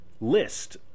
list